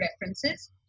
references